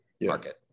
market